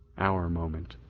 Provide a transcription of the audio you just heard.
our moment,